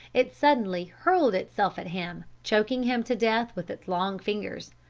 it suddenly hurled itself at him, choking him to death with its long fingers.